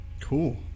Cool